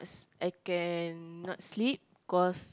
I cannot sleep cause